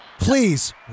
Please